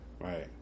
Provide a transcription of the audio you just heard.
Right